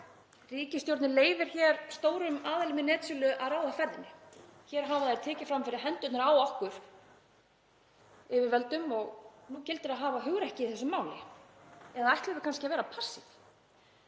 Ríkisstjórnin leyfir hér stórum aðilum í netsölu að ráða ferðinni. Hér hafa þeir tekið fram fyrir hendurnar á okkur yfirvöldum. Nú gildir að hafa hugrekki þessu máli. Eða ætlum við kannski að vera passíf?